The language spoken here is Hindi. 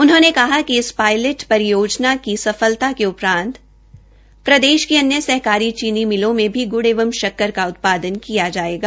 उन्होंने कहा कि इस पायलट परियोजना की सफलता के उपरांत प्रदेश की अन्य सहकारी चीनी मिलों में भी गुड़ एवं शक्कर का उत्पादन किया जाएगा